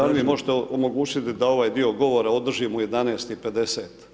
Da li mi možete omogućiti da ovaj dio govora održim u 11,50.